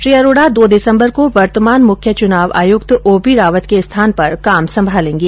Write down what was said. श्री अरोडो दो दिसम्बर को वर्तमान मुख्य चुनाव आयुक्त ओ पी रावत के स्थान पर काम संभालेंगे